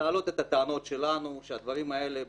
להעלות את הטענות שלנו שהדברים האלה,